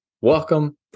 welcome